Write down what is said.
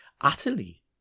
Utterly